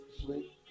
sleep